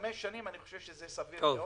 חמש שנים, תקופה שאני חושב שהיא מאוד סבירה.